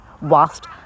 whilst